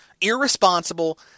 irresponsible